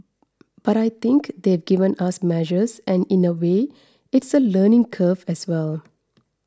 but I think they've given us measures and in a way it's a learning curve as well